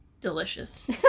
Delicious